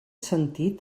sentit